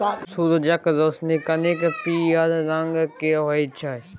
सुरजक रोशनी कनिक पीयर रंगक होइ छै